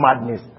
madness